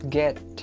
get